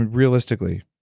realistically,